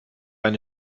eine